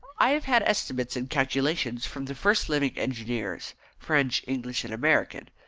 i have had estimates and calculations from the first living engineers french, english, and american.